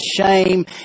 shame